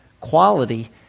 quality